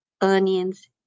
onions